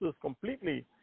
completely